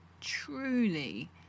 truly